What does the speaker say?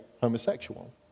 homosexual